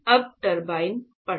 अब टर्बाइन पढ़ना